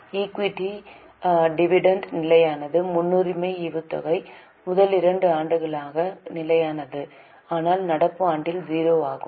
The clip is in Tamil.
ஈக்விட்டி டிவிடெண்ட் நிலையானது முன்னுரிமை ஈவுத்தொகை முதல் 2 ஆண்டுகளுக்கு நிலையானது ஆனால் நடப்பு ஆண்டில் 0 ஆகும்